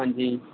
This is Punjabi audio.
ਹਾਂਜੀ